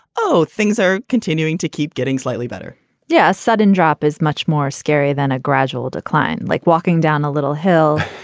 oh, things are continuing to keep getting slightly better yes. sudden drop is much more scary than a gradual decline, like walking down a little hill.